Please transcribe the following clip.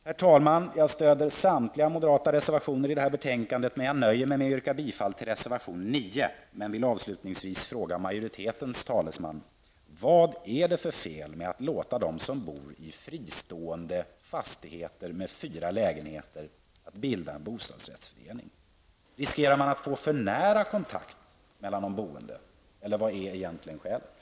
Herr talman! Jag stöder samtliga moderata reservationer i betänkandet men nöjer mig med att yrka bifall till reservation 9. Avslutningsvis vill jag fråga utskottsmajoritetens talesman: Vad är det för fel med att låta dem som bor i fristående fastigheter med fyra lägenheter bilda en bostadsrättsförening? Riskerar man att få för nära kontakt mellan de boende? Eller vad är egentligen skälet?